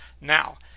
Now